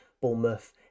Bournemouth